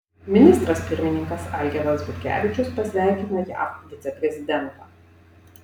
ministras pirmininkas algirdas butkevičius pasveikino jav viceprezidentą